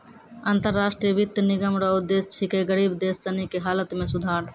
अन्तर राष्ट्रीय वित्त निगम रो उद्देश्य छिकै गरीब देश सनी के हालत मे सुधार